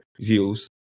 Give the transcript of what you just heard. views